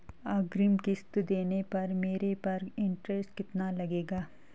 अग्रिम किश्त देने पर मेरे पर इंट्रेस्ट कितना लगेगा?